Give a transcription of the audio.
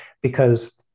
because-